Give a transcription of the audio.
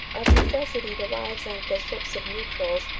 of necessity the lives and the ships of neutrals,